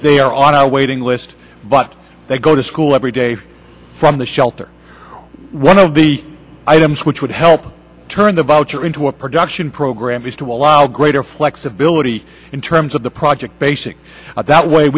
they are on a waiting list but they go to school every day from the shelter one of the items which would help turn the vulture into a production program is to allow greater flexibility in terms of the project basic that way